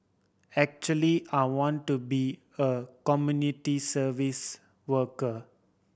actually I want to be a community service worker